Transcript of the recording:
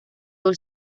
don